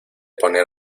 poner